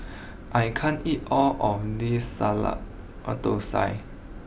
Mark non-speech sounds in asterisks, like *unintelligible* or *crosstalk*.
*noise* I can't eat all of this *unintelligible* Dosa